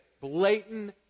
blatant